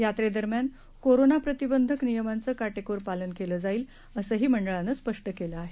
यात्रेदरम्यान कोरोना प्रतिबंधक नियमांचं काटेकोर पालन केलं जाईल असंही मंडळानं स्पष्ट केलं आहे